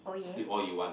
sleep all you want